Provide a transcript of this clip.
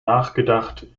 nachgedacht